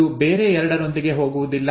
ಇದು ಬೇರೆ ಎರಡರೊಂದಿಗೆ ಹೋಗುವುದಿಲ್ಲ